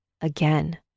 again